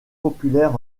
populaire